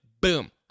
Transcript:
boom